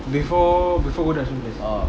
before before recommendation